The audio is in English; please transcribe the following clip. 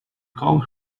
called